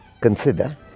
consider